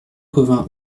cauvin